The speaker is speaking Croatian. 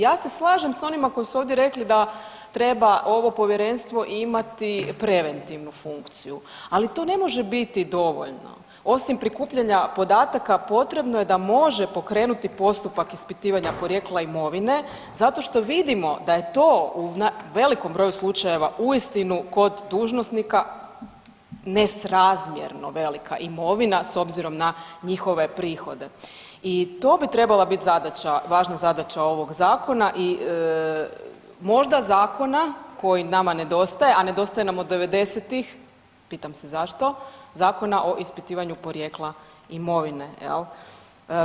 Ja se slažem s onima koji su ovdje rekli da treba ovo Povjerenstvo imati preventivnu funkciju, ali to ne može biti dovoljno, osim prikupljanja podataka, potrebno je da može pokrenuti postupak ispitivanja porijekla imovine zato što vidimo da je to u velikom broju slučajeva uistinu kod dužnosnika nesrazmjerno velika imovina s obzirom na njihove prihode i to bi trebala biti zadaća, važna zadaća ovog Zakona i možda zakona koji nama nedostaje nam od 90-ih, pitam se zašto, zakona o ispitivanju porijekla imovine, je li?